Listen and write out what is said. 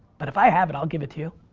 but if i have it, i'll give it to you.